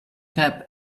cap